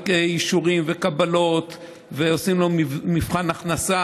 אישורים וקבלות ועושים לו מבחן הכנסה,